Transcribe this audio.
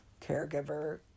caregiver